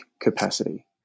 capacity